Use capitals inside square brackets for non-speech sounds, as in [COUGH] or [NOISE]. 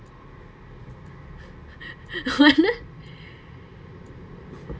[LAUGHS] when ah